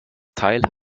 teil